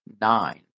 nine